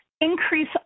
increase